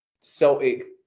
Celtic